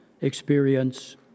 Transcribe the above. experience